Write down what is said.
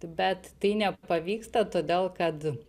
bet tai nepavyksta todėl kad